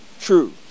true